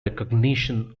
recognition